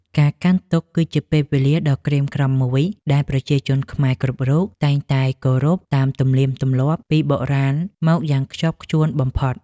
ការកាន់ទុក្ខ គឺជាពេលវេលាដ៏ក្រៀមក្រំមួយដែលប្រជាជនខ្មែរគ្រប់រូបតែងតែគោរពតាមទំនៀមទម្លាប់ពីបុរាណមកយ៉ាងខ្ជាប់ខ្ជួនបំផុត។